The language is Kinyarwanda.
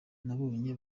nabonye